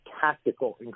tactical